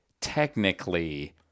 technically